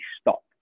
stop